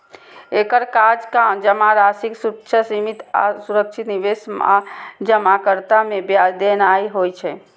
एकर काज जमाराशिक सुरक्षा, सीमित आ सुरक्षित निवेश आ जमाकर्ता कें ब्याज देनाय होइ छै